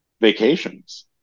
vacations